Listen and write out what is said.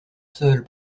seuls